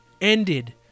ended